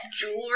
Jewelry